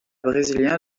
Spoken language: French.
brésilien